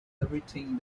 everything